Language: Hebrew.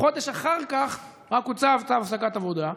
חודש אחר כך רק הוצא צו הפסקת עבודה.